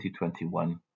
2021